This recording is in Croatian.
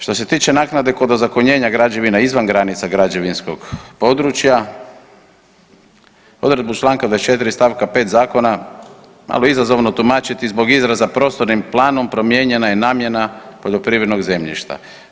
Što se tiče naknade kod ozakonjenja građevina izvan granica građevinskog područja, odredbu čl. 24. st. 5. zakona malo je izazovno tumačiti zbog izraza prostornim planom promijenjena je namjena poljoprivrednog zemljišta.